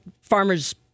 farmers